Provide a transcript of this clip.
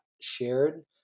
shared